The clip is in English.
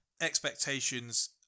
expectations